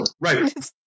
Right